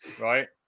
right